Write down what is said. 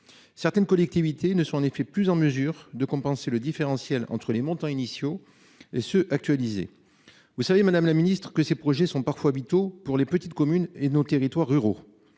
Certaines collectivités ne sont plus en mesure de compenser le différentiel entre les montants initiaux et ceux qui sont actualisés. Vous savez, madame la ministre, que ces projets sont parfois vitaux pour les petites communes et nos territoires ruraux.